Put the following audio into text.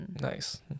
nice